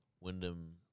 Wyndham